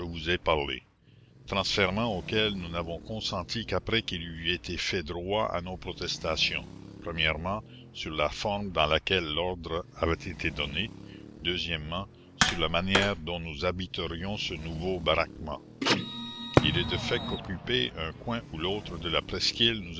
ai parlé transfèrement auquel nous n'avons consenti qu'après qu'il eût été fait droit à nos protestations sur la forme dans laquelle l'ordre avait été donné sur la manière dont nous habiterions ce nouveau baraquement il est de fait qu'occuper un coin ou l'autre de la presqu'île